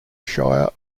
shire